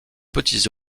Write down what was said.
petits